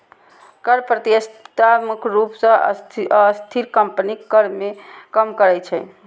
कर प्रतिस्पर्धा मुख्य रूप सं अस्थिर कंपनीक कर कें कम करै छै